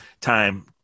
time